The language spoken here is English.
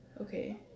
Okay